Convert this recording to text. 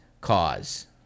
cause